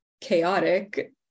chaotic